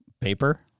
Paper